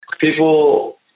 People